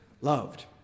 loved